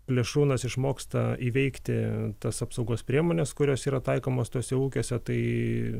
plėšrūnas išmoksta įveikti tas apsaugos priemones kurios yra taikomos tuose ūkiuose tai